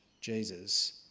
Jesus